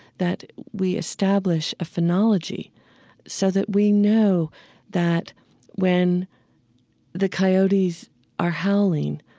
that we establish a phenology so that we know that when the coyotes are howling,